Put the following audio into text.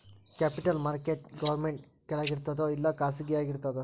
Capital market government ಕೆಳಗಿರ್ತದೋ ಇಲ್ಲಾ ಖಾಸಗಿಯಾಗಿ ಇರ್ತದೋ?